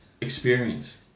experience